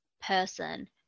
person